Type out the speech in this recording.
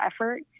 effort